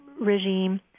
regime